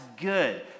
good